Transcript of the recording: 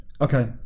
Okay